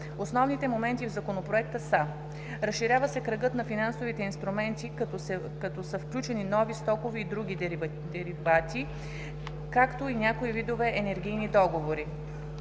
Основните моменти в Законопроекта са: - Разширява се кръгът на финансовите инструменти, като са включени някои стокови и други деривати, както и някои видове енергийни договори;